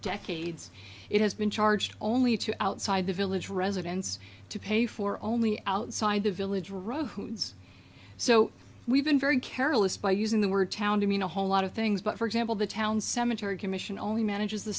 decades it has been charged only to outside the village residents to pay for only outside the village rather so we've been very careless by using the word town to mean a whole lot of things but for example the town cemetery commission only manages